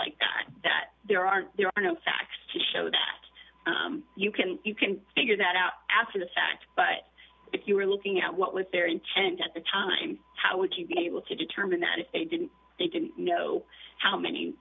like that there are there are no facts to show that you can you can figure that out after the fact but if you were looking at what was their intent at the time how would you be able to determine that if they didn't they didn't know how many